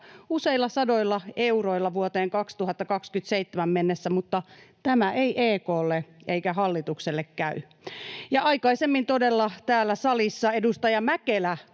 useilla sadoilla euroilla vuoteen 2027 mennessä, mutta tämä ei EK:lle eikä hallitukselle käy. Ja aikaisemmin todella täällä salissa edustaja Mäkelä